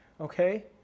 Okay